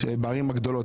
בערים הגדולות,